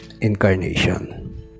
incarnation